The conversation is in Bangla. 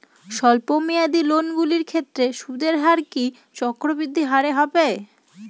স্বল্প মেয়াদী লোনগুলির ক্ষেত্রে সুদের হার কি চক্রবৃদ্ধি হারে হবে?